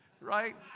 right